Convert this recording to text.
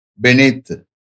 beneath